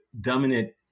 dominant